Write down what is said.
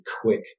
quick